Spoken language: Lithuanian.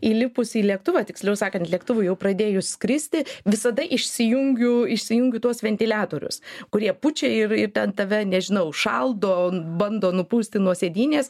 įlipus į lėktuvą tiksliau sakant lėktuvui jau pradėjus skristi visada išsijungiu išsijungiu tuos ventiliatorius kurie pučia ir ir ten tave nežinau šaldo bando nupūsti nuo sėdynės